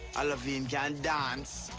olivine can dance.